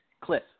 Cliff